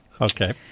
Okay